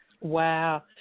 Wow